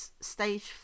Stage